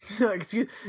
excuse